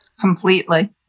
Completely